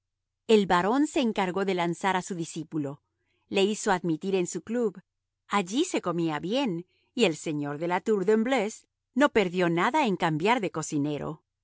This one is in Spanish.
el barón se encargó de lanzar a su discípulo le hizo admitir en su club allí se comía bien y el señor de la tour de embleuse no perdió nada en cambiar de cocinero